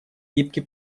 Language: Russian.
гибкий